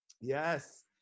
Yes